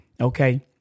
okay